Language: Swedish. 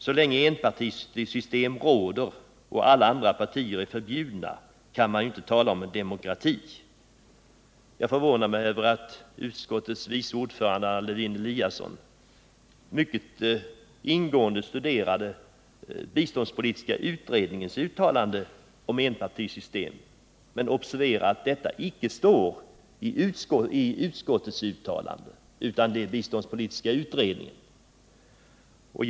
Så länge enpartisystem råder och alla andra partier är förbjudna kan man inte tala Jag förvånar mig över att utskottets vice ordförande Anna Lisa Lewén Eliasson ägnade så mycket tid åt biståndspolitiska utredningens uttalande om enpartisystem. Men observera: det står icke något om detta i utskottets betänkande, utan det är biståndspolitiska utredningens uttalande.